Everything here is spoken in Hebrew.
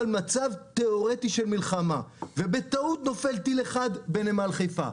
על מצב תיאורטי של מלחמה ובטעות נופל טיל אחד בנמל חיפה.